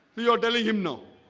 you're telling him. no,